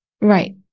Right